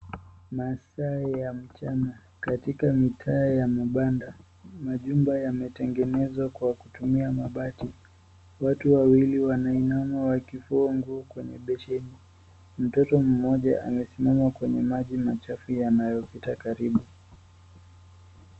Masaa ya mchana katika mtaa ya vibanda, majumba yametengenezwa kwa kutumia mabati. Watu wawili wanainama wakifua nguo kwenye beseni, mtoto mmoja amesimama kwenye maji machafu yanayopita karibu.